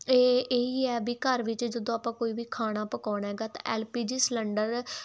ਇਹ ਇਹੀ ਆ ਵੀ ਘਰ ਵਿੱਚ ਜਦੋਂ ਆਪਾਂ ਕੋਈ ਵੀ ਖਾਣਾ ਪਕਾਉਣਾ ਹੈਗਾ ਤਾਂ ਐਲ ਪੀ ਜੀ ਸਲੰਡਰ